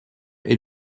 est